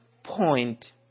point